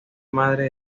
madre